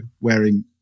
wearing